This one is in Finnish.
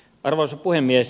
arvoisa puhemies